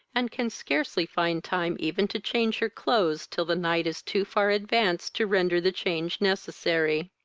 and can scarcely find time even to change her clothes till the night is too far advanced to render the change necessary.